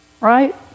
right